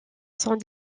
sans